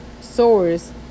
source